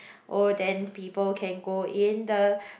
oh then people can go in the